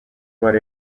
were